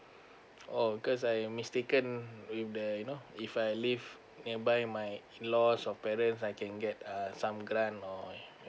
oh because I mistaken um with the you know if I live nearby my in laws or parents I can get err some grant or